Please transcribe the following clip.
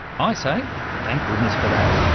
i say thank goodness for that,